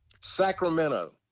Sacramento